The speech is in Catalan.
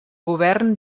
govern